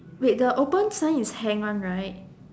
wait the open sign is hang one right